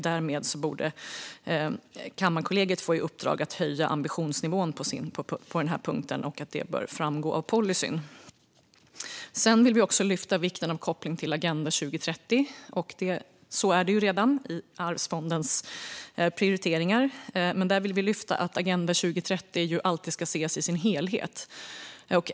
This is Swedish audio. Därmed borde Kammarkollegiet få i uppdrag att höja ambitionsnivån på denna punkt, och det bör framgå av policyn. Sedan vill vi lyfta vikten av koppling till Agenda 2030. Det finns redan i arvsfondens prioriteringar, men vi vill lyfta fram att Agenda 2030 alltid ska ses i sin helhet.